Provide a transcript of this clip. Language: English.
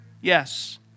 Yes